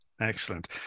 Excellent